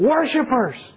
Worshippers